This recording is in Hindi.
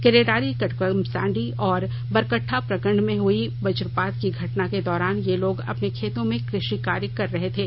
केरेडारी कटकमसांडी और बरकड्डा प्रखंड में हुई वज्रपात की घटना के दौरान ये लोग अपने खेतों में कृशि कार्य कर रहे थे